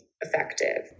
effective